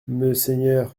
monseigneur